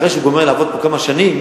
אחרי שהוא גומר לעבוד פה כמה שנים,